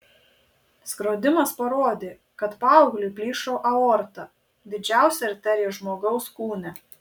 skrodimas parodė kad paaugliui plyšo aorta didžiausia arterija žmogaus kūne